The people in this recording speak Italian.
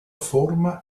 forma